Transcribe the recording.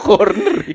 Corner